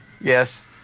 Yes